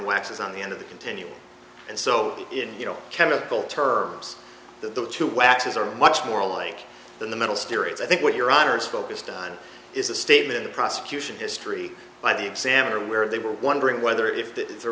waxes on the end of the continuum and so you know chemical turbines that the two waxes are much more alike than the middle steer is i think what your honor is focused on is a statement a prosecution history by the examiner where they were wondering whether if there